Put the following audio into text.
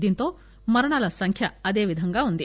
దీంతో మరణాల సంఖ్య అదేవిధంగా వుంది